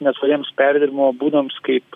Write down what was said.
neatspariems perdirbimo būdams kaip